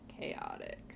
chaotic